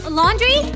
laundry